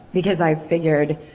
because i figured,